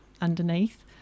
underneath